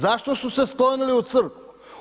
Zašto su se sklonili u crkvu?